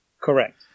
Correct